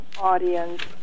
audience